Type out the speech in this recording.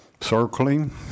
Circling